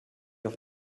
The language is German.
auf